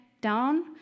down